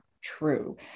true